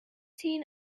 seen